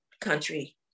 country